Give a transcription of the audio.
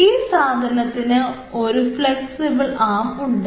ഈ സാധനത്തിന് ഒരു ഫ്ലെക്സിബിൾ ആം ഉണ്ട്